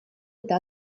eta